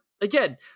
again